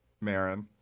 Marin